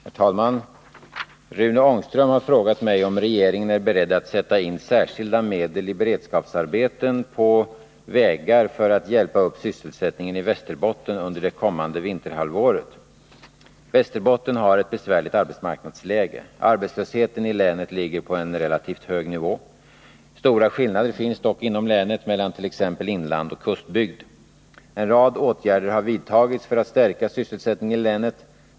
Herr talman! Rune Ångström har frågat mig om regeringen är beredd att sätta in särskilda medel i beredskapsarbeten på vägar för att hjälpa upp sysselsättningen i Västerbotten under det kommande vinterhalvåret. Västerbotten har ett besvärligt arbetsmarknadsläge. Arbetslösheten i länet ligger på en relativt hög nivå. Stora skillnader finns dock inom länet mellan t.ex. inland och kustbygd. En rad åtgärder har vidtagits för att stärka sysselsättningen i länet.